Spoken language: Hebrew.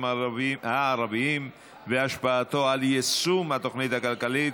הערביים והשפעתו על יישום התוכנית הכלכלית,